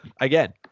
again